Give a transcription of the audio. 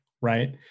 right